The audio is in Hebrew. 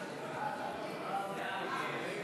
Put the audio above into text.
מי